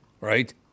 right